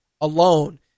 alone